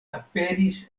aperis